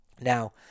Now